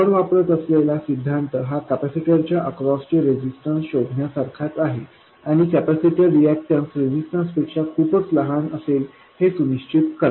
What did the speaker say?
आपण वापरत असलेला सिद्धांत हा कॅपेसिटर च्या अक्रॉस चे रेजिस्टन्स शोधण्या सारखाच आहे आणि कॅपेसिटर रिएक्टन्स हे रेजिस्टन्स पेक्षा खूपच लहान असेल हे सुनिश्चित करा